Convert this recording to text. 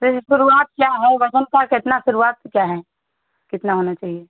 फिर शुरुआत क्या है वज़न की कितनी शुरुआत क्या है कितना होना चाहिए